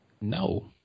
No